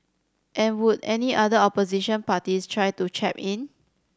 and would any other opposition parties try to chap in